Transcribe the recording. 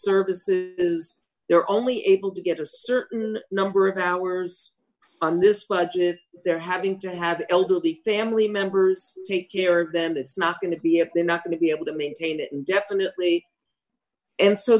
services is they're only able to get a certain number of hours on this budget they're having to have elderly family members take care of them it's not going to be if they're not going to be able to maintain that indefinitely and so